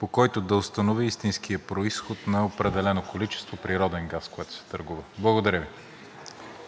по който да установи истинския произход на определено количество природен газ, което се търгува. Благодаря Ви.